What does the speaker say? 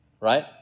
right